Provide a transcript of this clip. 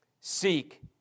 Seek